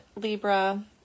Libra